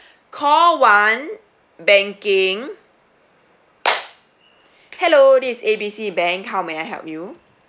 call one banking hello this is A B C bank how may I help you